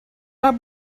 are